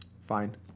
Fine